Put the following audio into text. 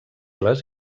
les